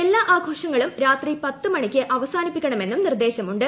എല്ലാ ആഘോഷങ്ങളും രാത്രി പത്ത് മണിക്ക് അവസാനിപ്പിക്കണമെന്നും നിർദേശമുണ്ട്